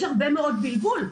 יש הרבה מאוד בלבול,